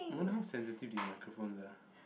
I wonder how sensitive these microphones are